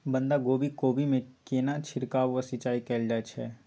बंधागोभी कोबी मे केना छिरकाव व सिंचाई कैल जाय छै?